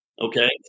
Okay